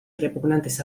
repugnantes